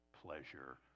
pleasure